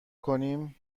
کنیم